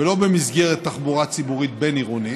ולא במסגרת תחבורה ציבורית בין-עירונית,